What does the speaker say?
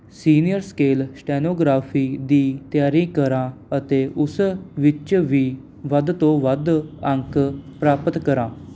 senior scale stenography ਦੀ ਤਿਆਰੀ ਕਰਾਂ ਅਤੇ ਉਸ ਵਿੱਚ ਵੀ ਵੱਧ ਤੋਂ ਵੱਧ ਅੰਕ ਪ੍ਰਾਪਤ ਕਰਾਂ